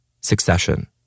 Succession